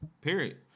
period